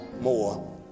more